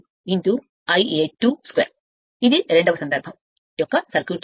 5 ∅2 ఇది రెండవ సందర్భం యొక్క సర్క్యూట్ రేఖాచిత్రం